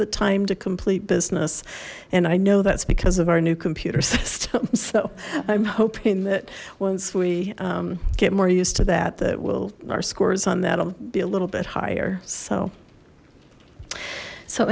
the time to complete business and i know that's because of our new computer system so i'm hoping that once we get more used to that that will our scores on that'll be a little bit higher so so